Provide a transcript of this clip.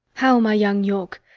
how, my young york?